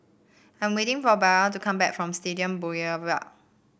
I'm waiting for Belva to come back from Stadium Boulevard